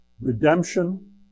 redemption